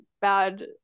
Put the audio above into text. bad